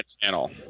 channel